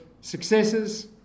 successes